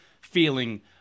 feeling